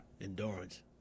endurance